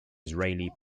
israeli